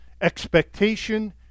Expectation